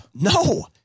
No